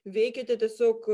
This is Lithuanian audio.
veikiate tiesiog